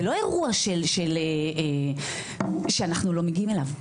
זה לא אירוע שאנחנו לא מגיעים אליו.